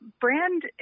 Brand